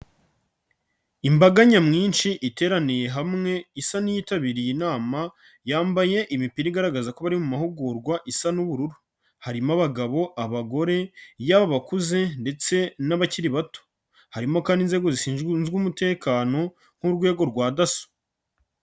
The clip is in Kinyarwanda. Imbaga nyamwinshi iteraniye hamwe isa n'iyitabiriye inama, yambaye imipira igaragaza ko bari mu mahugurwa isa n'ubururu; harimo abagabo, abagore yaba abakuze ndetse n'abakiri bato, harimo kandi inzego zishinzwe umutekano nk'urwego rwa daso.